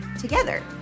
together